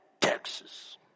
Texas